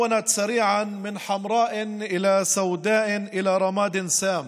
כך העננים נצבעו לאחרונה באדום,